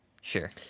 sure